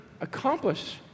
accomplish